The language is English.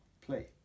play